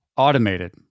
automated